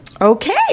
okay